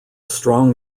strong